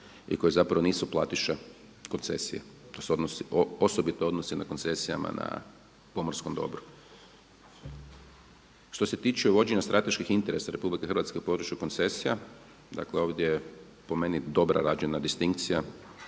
i koji zapravo nisu platiše koncesije. To se osobito odnosi na koncesijama na pomorskom dobru. Što se tiče vođenja strateških interesa Republike Hrvatske u području koncesija, dakle ovdje je po meni dobro rađena distinkcija,